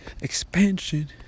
Expansion